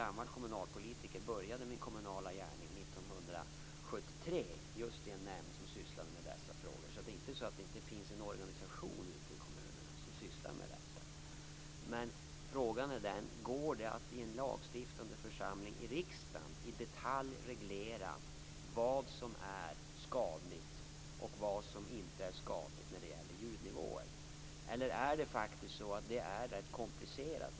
Som kommunalpolitiker började jag min kommunala gärning 1973 i den nämnd som sysslade med dessa frågor. Så det finns alltså en organisation ute i kommunerna för detta ändamål. Men frågan är: Går det i en lagstiftande församling - i riksdagen - i detalj reglera vad som är skadligt och vad som inte är skadligt när det gäller ljudnivåer? Eller är det för komplicerat?